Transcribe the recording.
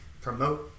promote